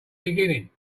beginning